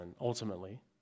ultimately